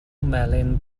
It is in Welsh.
melyn